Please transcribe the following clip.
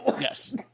Yes